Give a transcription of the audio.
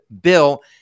Bill